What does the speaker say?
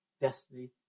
destiny